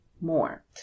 more